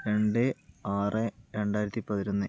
രണ്ട് ആറ് രണ്ടായിരത്തി പതിനൊന്ന്